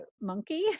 monkey